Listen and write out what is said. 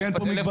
אין כאן מגבלה.